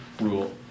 rule